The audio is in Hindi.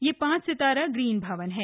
यह पांच सितारा ग्रीन भवन है